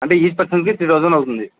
అంటే ఈచ్ పర్సన్కి three thousand అవుతుంది